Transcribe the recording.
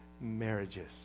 marriages